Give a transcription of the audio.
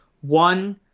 one